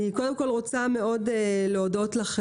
אני קודם כל רוצה מאוד להודות לך,